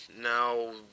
Now